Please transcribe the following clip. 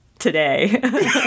today